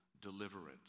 deliverance